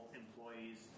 employees